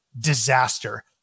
disaster